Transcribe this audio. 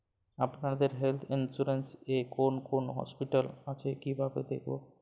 আপনাদের health insurance এ কোন কোন হসপিটাল আছে কিভাবে দেখবো?